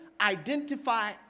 identify